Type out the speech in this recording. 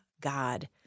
God